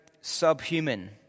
subhuman